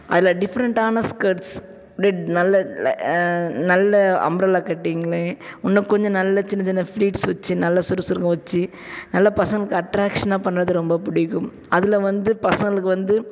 அதில் டிஃப்ரெண்ட்டான ஸ்கேர்ட்ஸ் அப்டியே நல்ல நல்ல அம்ப்ரெல்லா கட்டிங்னு இன்னும் கொஞ்சம் நல்ல சின்ன சின்ன ஃப்ளீட்ஸ் வெச்சு நல்லா சுறுக்கம் வெச்சு நல்லா பசங்களுக்கு அட்ராக்ஷனா பண்ணது ரொம்ப பிடிக்கும் அதில் வந்து பசங்களுக்கு வந்து